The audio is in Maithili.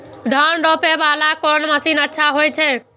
धान रोपे वाला कोन मशीन अच्छा होय छे?